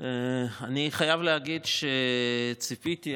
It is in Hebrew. אני חייב להגיד שציפיתי,